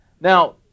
Now